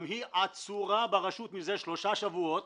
גם היא עצורה ברשות מזה שלושה שבועות